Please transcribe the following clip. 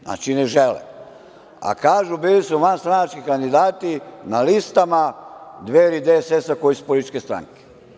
Znači, ne žele, a kažu bili su vanstranački kandidati na listama Dveri, DSS, koje su političke stranke.